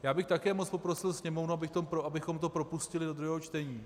Já bych také moc poprosil Sněmovnu, abychom to propustili do druhého čtení.